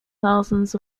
thousands